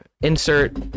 Insert